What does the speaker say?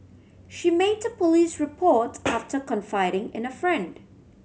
she made a police report after confiding in a friend